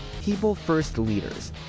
PeopleFirstLeaders